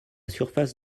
surface